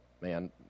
Man